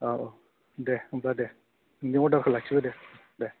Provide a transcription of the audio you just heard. औ दे होमब्ला दे नोंनि अर्डारखौ लाखिबाय दे दे